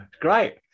Great